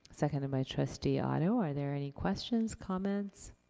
seconded by trustee otto. are there any questions, comments?